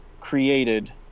created